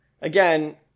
Again